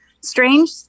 strange